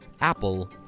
apple